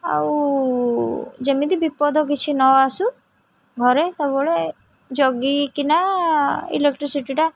ଆଉ ଯେମିତି ବିପଦ କିଛି ନ ଆସୁ ଘରେ ସବୁବେଳେ ଜଗିକିନା ଇଲେକ୍ଟ୍ରିସିଟିଟା